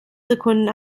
sekunden